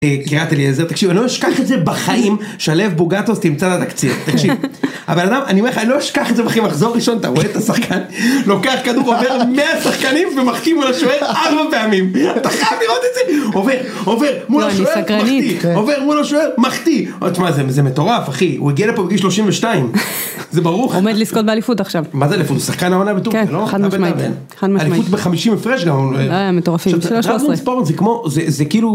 אה קריית אליעזר תקשיב אני לא אשכח את זה בחיים שלו בוגטוס תמצא ת'תקציר, הבנאדם אני אומר לך אני לא אשכח את זה בחיים מחזור ראשון אתה רואה את השחקן לוקח כדור עובר 100 שחקנים ומחטיא מול השוער ארבע פעמים, אתה חייב לראות את זה! עובר עובר מול השוער מחטיא עובר מול השוער מחטיא, וואי תשמע זה מטורף אחי הוא הגיע לפה בגיל 32 זה ברוך עומד לזכות באליפות עכשיו מה זה אליפות הוא שחקן העונה בטורקייה, לא? כן, חד משמעי, חד משמעי, אליפות בחמישים הפרש גם, לא, הם מטורפים, שלוש עשרה, ספורט זה כמו, זה כאילו